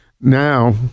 now